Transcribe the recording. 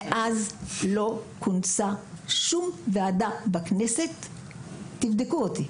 מאז לא כונסה שום ועדה בכנסת תבדקו אותי